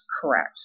correct